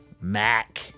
Mac